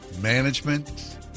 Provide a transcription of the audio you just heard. Management